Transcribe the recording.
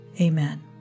Amen